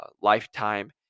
lifetime